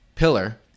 Pillar